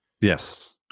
Yes